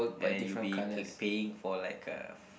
and then you'll be play paying for like a